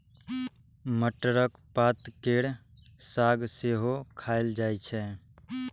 मटरक पात केर साग सेहो खाएल जाइ छै